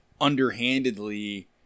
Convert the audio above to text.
underhandedly